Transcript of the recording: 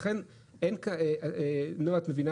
ולכן הוא עולה יותר ועדיף לקנות משקאות שלא מבוססים על מים